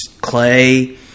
Clay